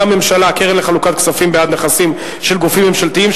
הממשלה (קרן לחלוקת כספים בעד נכסים של גופים ממשלתיים),